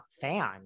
fan